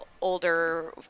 older